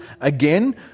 again